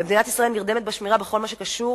ומדינת ישראל נרדמת בשמירה בכל מה שקשור